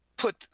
put